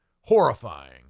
horrifying